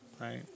right